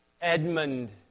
Edmund